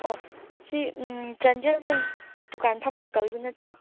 ꯑꯣ ꯁꯤ ꯆꯥꯟꯗꯦꯜꯗ ꯗꯨꯀꯥꯟ ꯐꯝꯕ ꯑꯪꯀꯜꯗꯨ ꯅꯠꯇ꯭ꯔꯣ